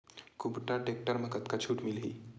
कुबटा टेक्टर म कतका छूट मिलही?